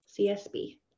csb